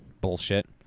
Bullshit